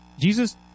Jesus